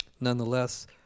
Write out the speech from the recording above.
nonetheless